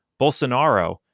Bolsonaro